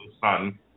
Sun